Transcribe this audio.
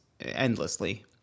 endlessly